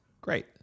Great